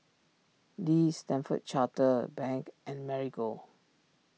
Lee Stanford Chartered Bank and Marigold